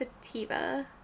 Sativa